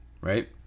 Right